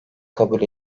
kabul